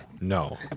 no